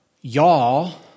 y'all